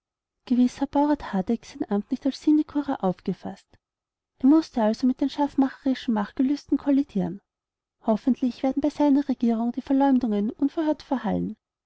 sein amt nicht als sinekure aufgefaßt er mußte also mit den scharfmacherischen machtgelüsten kollidieren hoffentlich werden bei seiner regierung die verleumdungen ungehört verhallen